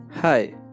Hi